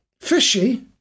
Fishy